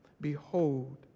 behold